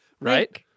Right